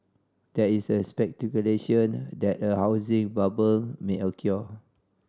there is speculation that a housing bubble may occur